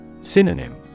Synonym